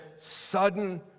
sudden